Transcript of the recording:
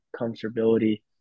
comfortability